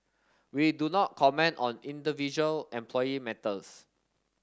we do not comment on individual employee matters